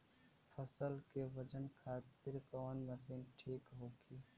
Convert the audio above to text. फसल के वजन खातिर कवन मशीन ठीक होखि?